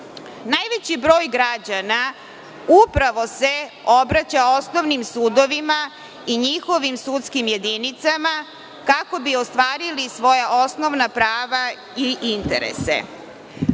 decom. Najveći broj građana upravo se obraća osnovnim sudovima i njihovim sudskim jedinicama kako bi ostvarili svoje osnovna prava i interese.